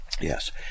yes